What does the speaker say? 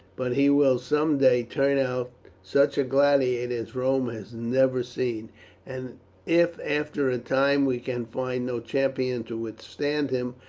but he will some day turn out such a gladiator as rome has never seen and if after a time we can find no champion to withstand him,